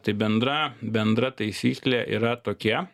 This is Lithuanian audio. tai bendra bendra taisyklė yra tokia